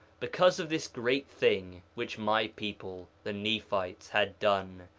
because of this great thing which my people, the nephites, had done,